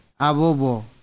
Abobo